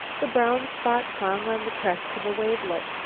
the brown spot hung on the crest of a wavelet.